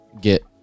get